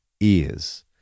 ears